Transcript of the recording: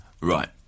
Right